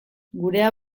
gurea